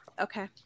Okay